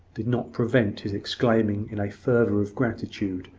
did not prevent his exclaiming in a fervour of gratitude,